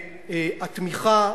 התמיכה,